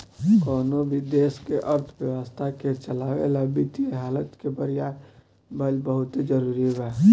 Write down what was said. कवनो भी देश के अर्थव्यवस्था के चलावे ला वित्तीय हालत के बरियार भईल बहुते जरूरी बा